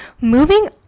Moving